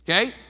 okay